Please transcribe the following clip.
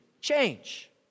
change